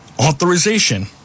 authorization